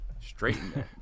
Straighten